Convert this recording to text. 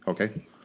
Okay